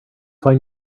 find